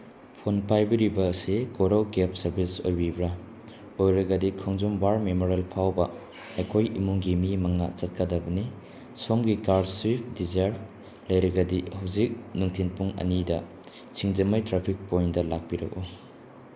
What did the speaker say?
phone ꯄꯥꯏꯕꯤꯔꯤꯕ ꯑꯁꯤ ꯀꯣꯔꯧ ꯀꯦꯕ ꯁꯥꯔꯕꯤꯁ ꯑꯣꯏꯕꯤꯕ꯭ꯔꯥ ꯑꯣꯏꯔꯒꯗꯤ ꯈꯣꯡꯖꯣꯝ ꯋꯥꯔ ꯃꯦꯃꯣꯔꯦꯜ ꯐꯥꯎꯕ ꯑꯩꯈꯣꯏ ꯏꯃꯨꯡꯒꯤ ꯃꯤ ꯃꯉꯥ ꯆꯠꯀꯗꯕꯅꯤ ꯁꯣꯝꯒꯤ ꯀꯥꯔ ꯁ꯭ꯋꯤꯐ ꯗꯤꯖꯥꯔ ꯂꯩꯔꯒꯗꯤ ꯍꯧꯖꯤꯛ ꯅꯨꯡꯊꯤꯜ ꯄꯨꯡ ꯑꯅꯤꯗ ꯁꯤꯡꯖꯃꯩ ꯇ꯭ꯔꯥꯐꯤꯛ ꯄꯣꯏꯟꯗ ꯂꯥꯛꯄꯤꯔꯛꯎ